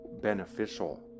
beneficial